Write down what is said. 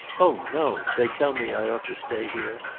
oh, no! they tell me i ought to stay here,